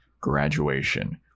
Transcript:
graduation